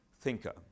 thinker